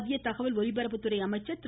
மத்திய தகவல் ஒலிபரப்புத்துறை அமைச்சர் திரு